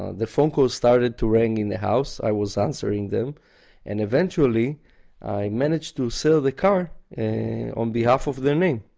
the phone call started to ring in the house, i was answering them and eventually i managed to sell the car on behalf of their name.